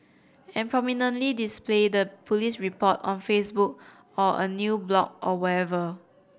and prominently display the police report on Facebook or a new blog or wherever